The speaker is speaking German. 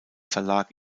verlag